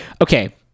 Okay